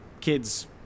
kids –